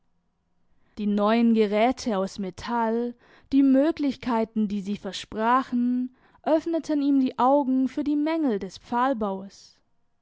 die neuen geräte aus metall die möglichkeiten die sie versprachen öffneten ihm die augen für die mängel des